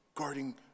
Guarding